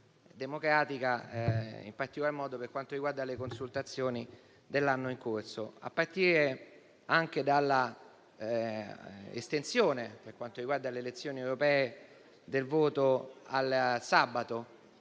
democratica, in particolar modo per quanto riguarda le consultazioni dell'anno in corso, a partire anche dall'estensione, per quanto riguarda le elezioni europee, del voto al sabato,